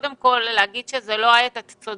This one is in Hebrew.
את צודקת כשאת אומרת שזה לא העת כי